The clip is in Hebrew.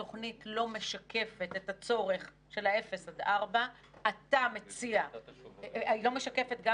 התוכנית לא משקפת את הצורך של ה-0 עד 4. היא לא משקפת גם